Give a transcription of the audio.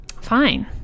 fine